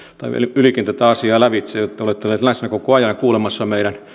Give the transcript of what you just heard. ylikin käyty tätä asiaa lävitse ja te olette olleet läsnä koko ajan kuulemassa meidän